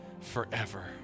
forever